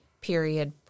period